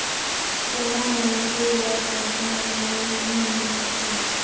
जम्मो मइनसे ल परसनल लोन नी मिल सके